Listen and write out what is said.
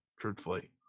truthfully